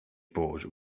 położył